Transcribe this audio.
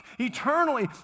eternally